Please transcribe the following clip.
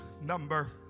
number